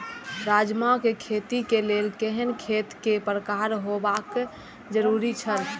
राजमा के खेती के लेल केहेन खेत केय प्रकार होबाक जरुरी छल?